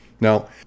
Now